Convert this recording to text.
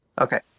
Okay